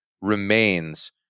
remains